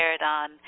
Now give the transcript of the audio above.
on